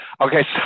Okay